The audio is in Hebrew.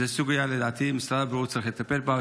זו סוגיה שלדעתי משרד הבריאות צריך לטפל בה,